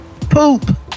Poop